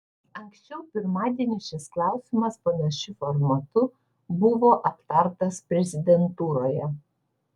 anksčiau pirmadienį šis klausimas panašiu formatu buvo aptartas prezidentūroje